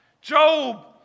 Job